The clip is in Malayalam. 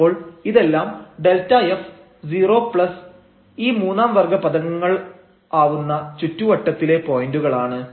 അപ്പോൾ ഇതെല്ലാം Δf 0 ഈ മൂന്നാം വർഗ്ഗ പദങ്ങളാവുന്ന ചുറ്റുവട്ടത്തിലെ പോയന്റുകളാണ്